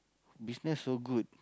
business so good